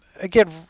Again